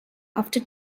after